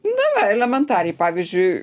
na va elementariai pavyzdžiui